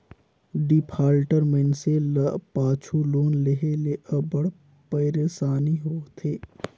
defaulter मइनसे ल पाछू लोन लेहे ले अब्बड़ पइरसानी होथे